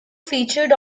featured